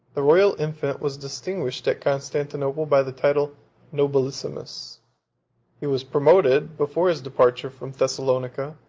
the royal infant was distinguished at constantinople by the title nobilissimus he was promoted, before his departure from thessalonica,